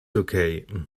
okay